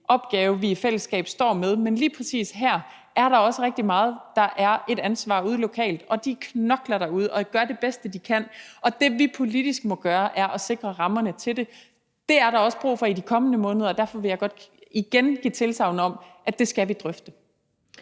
opgave, vi i fællesskab står med, men lige præcis her er der også rigtig meget, man har ansvar for ude lokalt. De knokler derude og gør det bedste, de kan, og det, vi politisk må gøre, er at sikre rammerne for det. Det er der også brug for i de kommende måneder, og derfor vil jeg godt igen give tilsagn om, at det skal vi drøfte.